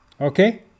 Okay